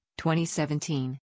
2017